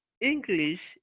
English